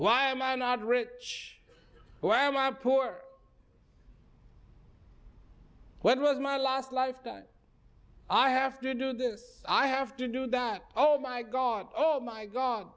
why am i not rich why am i are poor when was my last life that i have to do this i have to do that oh my god oh my god